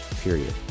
period